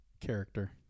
character